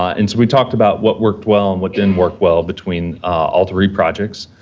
ah and so, we talked about what worked well and what didn't work well between all three projects.